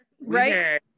right